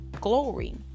glory